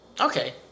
Okay